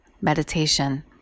meditation